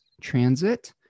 transit